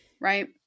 Right